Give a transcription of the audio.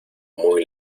muy